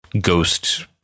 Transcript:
ghost